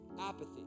apathy